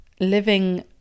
living